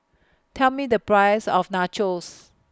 Tell Me The Price of Nachos